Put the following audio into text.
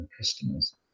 customers